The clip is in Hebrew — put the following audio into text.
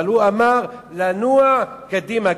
אבל הוא אמר "לנוע קדימה",